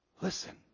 Listen